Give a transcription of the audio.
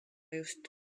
just